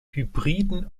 hybriden